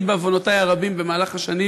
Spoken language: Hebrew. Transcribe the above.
אני, בעוונותי הרבים, במהלך השנים